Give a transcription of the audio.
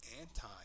anti